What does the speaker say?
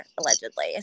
allegedly